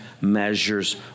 measures